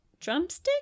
drumstick